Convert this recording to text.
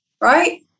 right